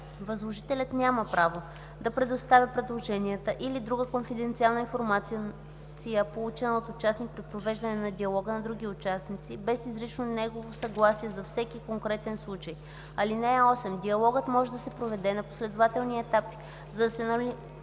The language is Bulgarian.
Възложителят няма право да предоставя предложенията или друга конфиденциална информация, получена от участник при провеждане на диалога, на другите участници, без изрично негово съгласие за всеки конкретен случай. (8) Диалогът може да се проведе на последователни етапи, за да се намали